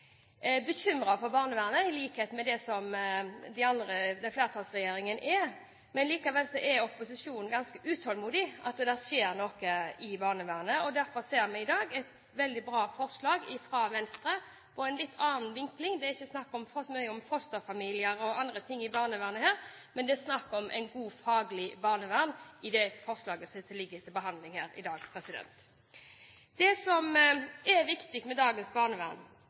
med hensyn til at det skjer noe i barnevernet. Derfor ser vi i dag et veldig bra forslag fra Venstre, med en litt annen vinkling. Det er ikke så mye snakk om fosterfamilier og andre ting i barnevernet i det forslaget som ligger til behandling her i dag, men det er snakk om et godt faglig barnevern. Det som er en av de viktigste oppgavene i dagens barnevern, er at barnevernet skal ivareta de barna som virkelig trenger at staten går inn og hjelper dem. Det er